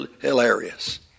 hilarious